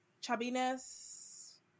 chubbiness